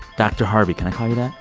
dr. harvey can i call you that?